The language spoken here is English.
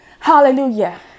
Hallelujah